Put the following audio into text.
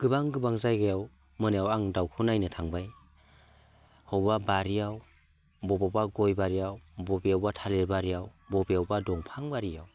गोबां गोबां जायगायाव मोनायाव आं दाउखौ नायनो थांबाय औवा बारियाव बबेयावबा गय बारियाव बबेयावबा थालिर बारियाव बबेयावबा दंफां बारि